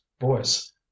voice